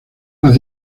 las